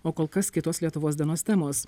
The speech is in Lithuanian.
o kol kas kitos lietuvos dienos temos